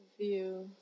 view